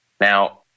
now